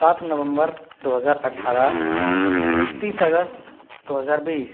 सात नवम्बर दो हज़ार अट्ठारह तीस अगस्त दो हज़ार बीस